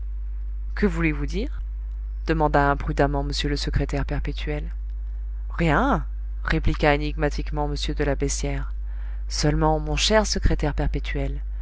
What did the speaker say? que voulez-vous dire demanda imprudemment m le secrétaire perpétuel rien répliqua énigmatiquement m de la beyssière seulement mon cher secrétaire perpétuel